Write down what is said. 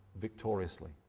victoriously